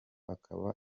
akaba